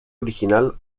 original